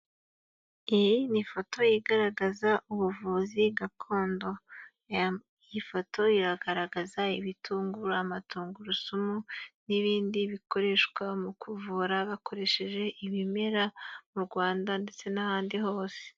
Iyi ni ifoto igaragaza ubuvuzi gakondo, iyi foto iragaragaza ibitunguru, amatungurusumu, n'ibindi bikoreshwa mu kuvura bakoresheje ibimera mu Rwanda ndetse n'ahandi hose.